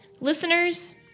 listeners